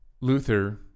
Luther